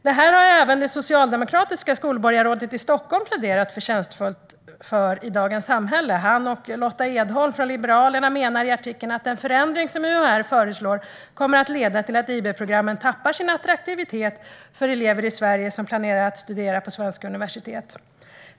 Mot detta har även det socialdemokratiska skolborgarrådet i Stockholm pläderat förtjänstfullt i Dagens Samhälle. Han och Lotta Edholm från Liberalerna menar i artikeln att den förändring som UHR föreslår kommer att leda till att IB-programmen tappar sin attraktivitet för elever i Sverige som planerar att studera på svenska universitet.